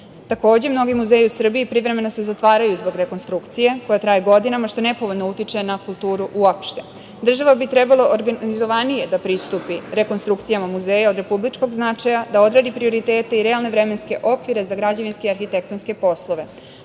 resursa. Takođe, mnogi muzeji u Srbiji privremeno se zatvaraju zbog rekonstrukcije koja traje godinama, što nepovoljno utiče na kulturu uopšte. Država bi trebalo organizovanije da pristupi rekonstrukcijama muzeja od republičkog značaja, da odredi prioritete i realne vremenske okvire za građevinske i arhitektonske poslove. Na